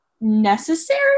necessary